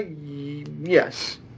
yes